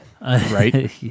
right